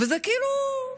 וזה כאילו,